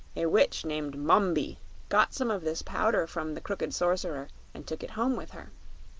a witch named mombi got some of this powder from the crooked sorcerer and took it home with her.